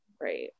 Right